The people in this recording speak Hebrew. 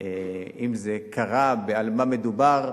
אם זה קרה ועל מה מדובר.